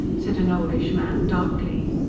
said an oldish man darkly.